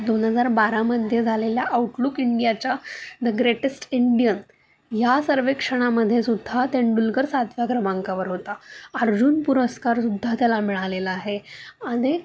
दोन हजार बारामध्ये झालेल्या आउटलुक इंडियाच्या द ग्रेटेस्ट इंडियन ह्या सर्वेक्षणामध्ये सुद्धा तेंडुलकर सातव्या क्रमांकावर होता अर्जुन पुरस्कार सुद्धा त्याला मिळालेला आहे अनेक